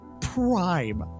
prime